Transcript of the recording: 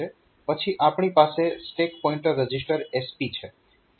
પછી આપણી પાસે સ્ટેક પોઇન્ટર રજીસ્ટર SP છે